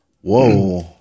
whoa